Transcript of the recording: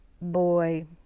boy